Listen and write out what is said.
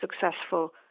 successful